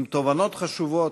עם תובנות חשובות,